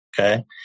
Okay